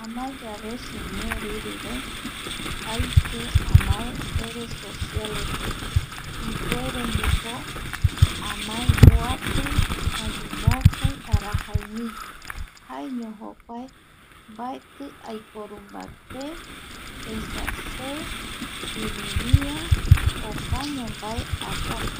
Amaeyave se ñeerirure yave, aike amaereve redes sociales, ipuere ndipo amae mboapi, mokoi arajaimi jaeño jokua mbaeti aiporu mbaté, esa se kiriria opaño mbae ayapo